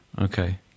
Okay